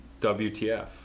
WTF